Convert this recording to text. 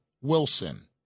Wilson